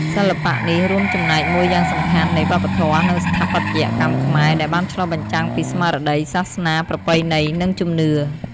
សិល្បៈនេះ រួមចំណែកមួយយ៉ាងសំខាន់នៃវប្បធម៌ និងស្ថាបត្យកម្មខ្មែរ ដែលបានឆ្លុះបញ្ចាំងពីស្មារតី សាសនា ប្រពៃណី និងជំនឿ។